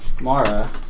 Mara